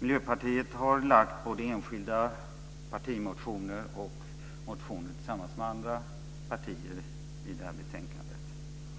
Miljöpartiet har väckt både partimotioner och motioner tillsammans med andra partier, vilket redovisas i det här betänkandet.